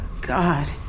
God